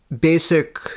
basic